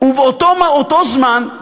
ובאותו זמן,